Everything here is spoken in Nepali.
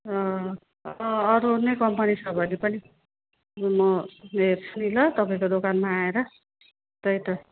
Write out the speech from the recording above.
अँ अँ अरू नै कम्पनी छ भने पनि म हेर्छु नि ल तपाईँको दोकानमा आएर त्यही त